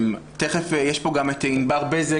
יש פה גם את ענבר בזק,